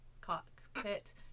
cockpit